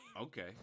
Okay